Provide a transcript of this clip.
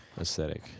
aesthetic